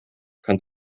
kann